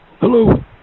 Hello